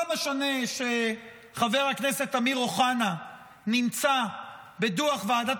לא משנה שחבר הכנסת אמיר אוחנה נמצא בדוח ועדת